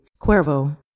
Cuervo